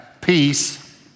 peace